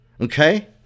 okay